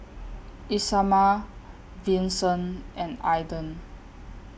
Isamar Vincent and Aidan